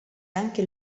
anche